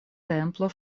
templo